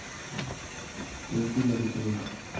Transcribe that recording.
कौची लगतय?